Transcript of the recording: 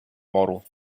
model